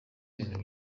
ibintu